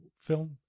film